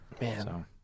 Man